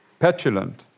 petulant